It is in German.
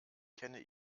kenne